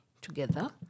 together